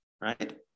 right